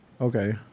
Okay